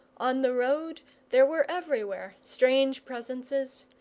on the road there were everywhere strange presences,